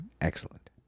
Excellent